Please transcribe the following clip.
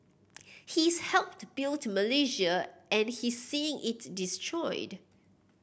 he's helped built Malaysia and he's seeing it destroyed